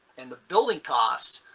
and the building costs,